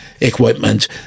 equipment